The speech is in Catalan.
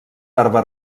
barba